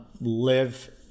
live